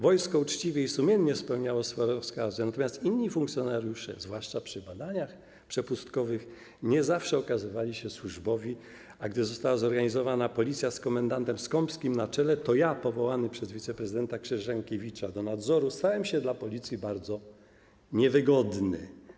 Wojsko uczciwie i sumiennie spełniało swoje rozkazy, natomiast inni funkcjonariusze, zwłaszcza przy badaniach przepustkowych, nie zawsze okazywali się służbowi, a gdy została zorganizowana Policja z komendantem Skąpskim na czele, to ja powołany przez wiceprezydenta Krzyżankiewicza do nadzoru stałem się dla Policji bardzo niewygodny.